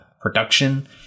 production